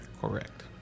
Correct